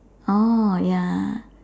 oh ya